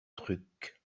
truc